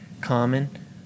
common